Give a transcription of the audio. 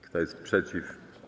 Kto jest przeciw?